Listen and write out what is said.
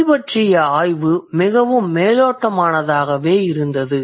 மொழி பற்றிய ஆய்வு மிகவும் மேலோட்டமானதாகவே இருந்தது